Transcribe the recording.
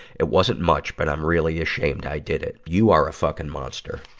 it wasn't much, but i'm really ashamed i did it. you are a fucking monster.